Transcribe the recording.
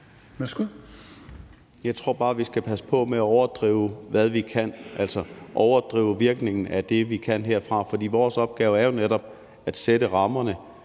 med at overdrive, hvad vi kan – altså overdrive virkningen af det, vi kan herfra – for vores opgave er jo netop at sætte rammerne.